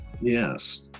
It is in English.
Yes